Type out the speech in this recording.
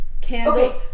Candles